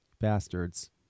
bastards